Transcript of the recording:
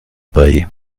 bei